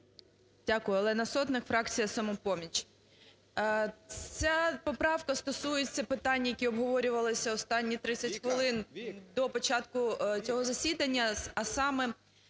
Дякую. Олена Сотник, фракція "Самопоміч". Ця поправка стосується питань, які обговорювалися останні 30 хвилин до початку цього засідання. А саме